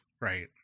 right